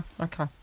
okay